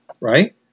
right